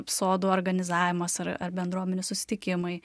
sodų organizavimas ar ar bendruomenių susitikimai